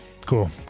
Cool